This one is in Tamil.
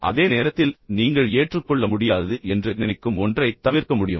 அதே நேரத்தில் நீங்கள் ஏற்றுக்கொள்ள முடியாதது என்று நினைக்கும் ஒன்றைத் தவிர்க்க முடியும்